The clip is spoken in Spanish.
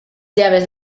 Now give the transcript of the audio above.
llaves